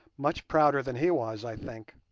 much prouder than he was, i think.